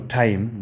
time